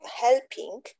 helping